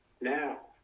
Now